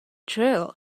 thrill